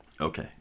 okay